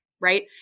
right